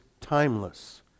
timeless